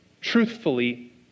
Truthfully